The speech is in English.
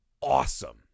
Awesome